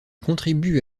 contribue